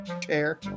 chair